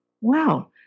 wow